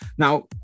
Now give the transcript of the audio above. Now